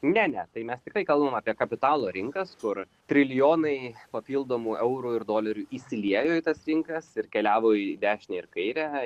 ne ne tai mes tikrai kalbam apie kapitalo rinkas kur trilijonai papildomų eurų ir dolerių įsiliejo į tas rinkas ir keliavo į dešinę ir kairę